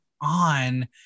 on